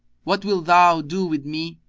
what wilt thou do with me,